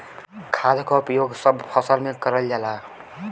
खाद क उपयोग सब फसल में करल जाला